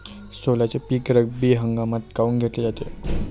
सोल्याचं पीक रब्बी हंगामातच काऊन घेतलं जाते?